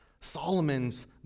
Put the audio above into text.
solomon's